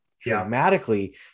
dramatically